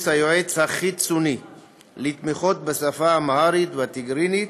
היועץ החיצוני לתמיכות בשפות האמהרית והטיגרית,